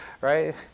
right